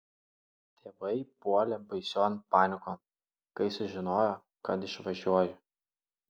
tėvai puolė baision panikon kai sužinojo kad išvažiuoju